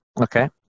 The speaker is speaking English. okay